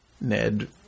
Ned